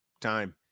Time